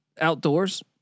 outdoors